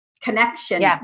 connection